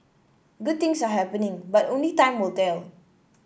good things are happening but only time will tell